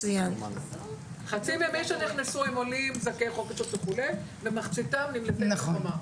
חצי מהנכנסים הם זכאי חוק השבות וכולי ומחציתם נמלטי מלחמה.